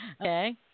Okay